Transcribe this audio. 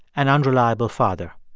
an unreliable father.